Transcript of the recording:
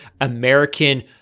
american